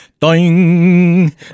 ding